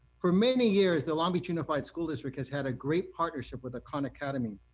for many years, the long beach unified school district has had a great partnership with the khan academy.